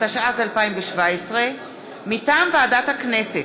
התשע"ז 2017. מטעם ועדת הכנסת: